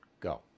go